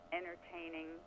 entertaining